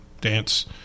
dance